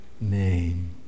name